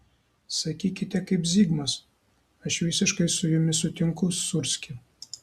sakykite kaip zigmas aš visiškai su jumis sutinku sūrski